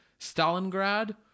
stalingrad